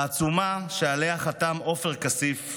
העצומה שעליה חתם עופר כסיף,